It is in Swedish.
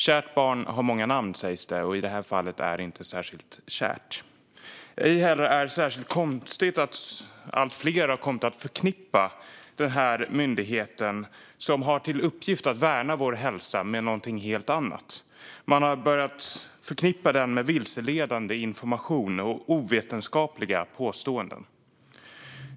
Kärt barn har många namn, sägs det, men i det här fallet är det inte särskilt kärt. Inte heller är det särskilt konstigt att allt fler har kommit att förknippa denna myndighet, som har till uppgift att värna vår hälsa, med något helt annat. Man har börjat att förknippa den med vilseledande information och ovetenskapliga påståenden.